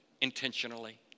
intentionally